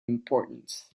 important